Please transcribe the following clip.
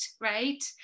right